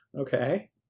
Okay